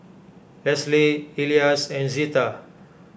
Lesly Elias and Zeta